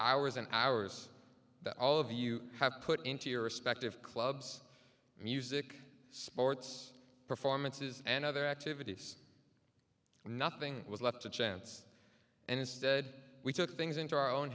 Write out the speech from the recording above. hours and hours that all of you have put into your respective clubs music sports performances and other activities nothing was left to chance and instead we took things into our own